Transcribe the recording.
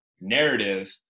narrative